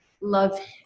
love